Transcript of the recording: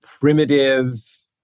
primitive